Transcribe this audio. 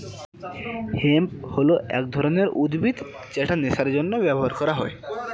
hemp হল এক ধরনের উদ্ভিদ যেটা নেশার জন্য ব্যবহার করা হয়